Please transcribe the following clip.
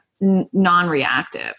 non-reactive